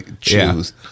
choose